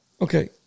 Okay